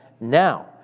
now